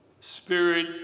Spirit